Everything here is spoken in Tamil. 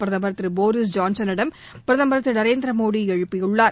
பிரதமர் திரு போரீஸ் ஜான்சனிடம் பிரதமர் திரு நரேந்திர மோடி எழுப்பியுள்ளார்